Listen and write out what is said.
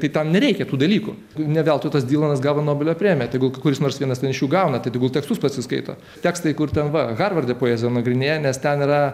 tai tam nereikia tų dalykų ne veltui tas dylanas gavo nobelio premiją tegul kuris nors vienas iš jų gauna tai tegul tekstus pasiskaito tekstai kur ten va harvarde poeziją nagrinėja nes ten yra